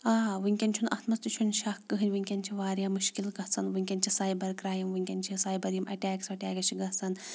آ وٕنۍکٮ۪ن چھُنہٕ اَتھ منٛز تہِ چھُنہٕ شک کٕہٕنۍ وٕنۍکٮ۪ن چھِ واریاہ مشکل گژھان وٕنۍکٮ۪ن چھِ سایبَر کرٛایِم وٕنۍکٮ۪ن چھِ سایبَر یِم اَٹیکٕس وَٹیکٕس چھِ گژھان